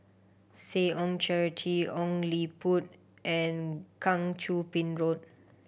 Seh Ong Charity Ong Liput and Kang Choo Bin Road